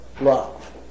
love